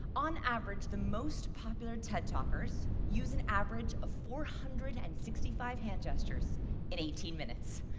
on average, the most popular ted talkers use an average of four hundred and sixty five hand gestures in eighteen minutes.